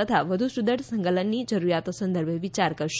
તથા વધુ સુદ્રઢ સંકલનની જરૂરિયાતો સંદર્ભે વિચાર કરશે